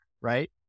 right